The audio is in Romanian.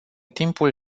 timpul